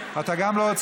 האם איתן ברושי נמצא?